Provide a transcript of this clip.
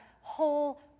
whole